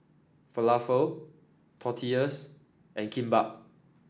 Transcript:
Falafel Tortillas and Kimbap